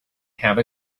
have